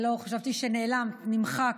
לא, חשבתי שנעלמת, נמחקת,